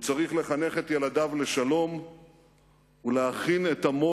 הוא צריך לחנך את ילדיו לשלום ולהכין את עמו